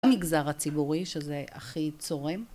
המגזר הציבורי שזה הכי צורם...